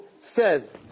says